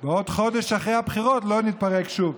בעוד חודש, אחרי הבחירות, לא נתפרק שוב.